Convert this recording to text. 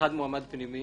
ואחד פנימי